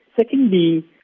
Secondly